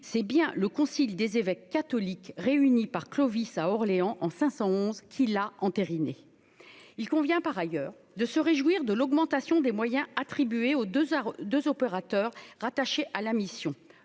c'est bien le concile des évêques catholiques réunis par Clovis à Orléans en 511 qui l'a entériné il convient par ailleurs de se réjouir de l'augmentation des moyens attribués aux 2 heures 2 opérateurs rattachés à la mission,